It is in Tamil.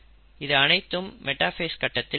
இது அனைத்தும் மெட்டாஃபேஸ் கட்டத்தில் நடக்கும்